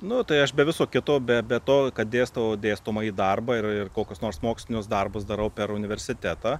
nu tai aš be viso kito be be to kad dėstau dėstomąjį darbą ir ir kokius nors mokslinius darbus darau per universitetą